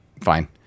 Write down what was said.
fine